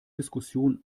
diskussion